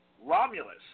Romulus